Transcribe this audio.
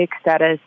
status